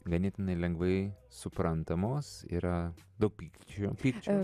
ganėtinai lengvai suprantamos yra daug pykčio pykčio